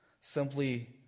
Simply